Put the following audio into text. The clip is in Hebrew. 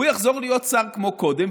הוא יחזור להיות שר כמו קודם,